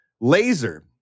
Laser